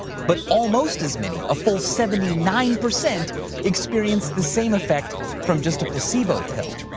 but almost as many a full seventy nine percent experienced the same effect from just a placebo pill.